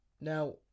Now